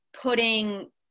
putting